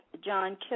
John